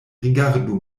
rigardu